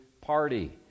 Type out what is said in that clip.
party